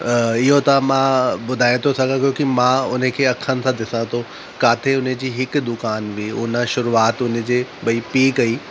इहो त मां ॿुधाए थो सघां क्यूंकि मां हुनखे अखियुनि सां ॾिसां थो काथे हुनजी हिक दुकान हुंदी हुई हुन शरूआत हुनजे भई पीउ कई